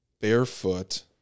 barefoot